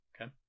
Okay